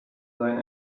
sein